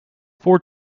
four